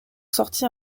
sorti